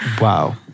Wow